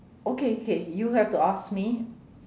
okay okay you have to ask me